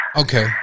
Okay